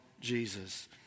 Jesus